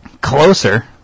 Closer